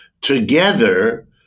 together